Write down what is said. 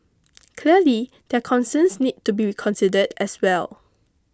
clearly their concerns need to be considered as well